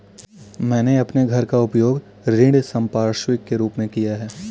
मैंने अपने घर का उपयोग ऋण संपार्श्विक के रूप में किया है